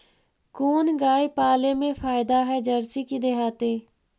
कोन गाय पाले मे फायदा है जरसी कि देहाती?